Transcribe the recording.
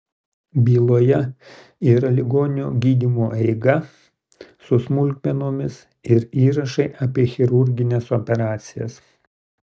byloje yra ligonio gydymo eiga su smulkmenomis ir įrašai apie chirurgines operacijas